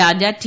Raja T